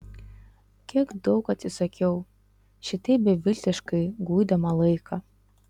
kiek daug atsisakiau šitaip beviltiškai guidama laiką